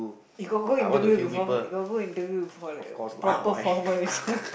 you got go interview before you got go interview before like a proper formal interview